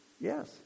Yes